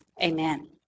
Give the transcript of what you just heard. amen